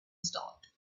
start